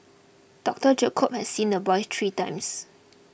Doctor Jacob had seen the boy three times